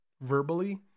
verbally